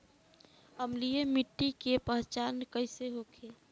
अम्लीय मिट्टी के पहचान कइसे होखे?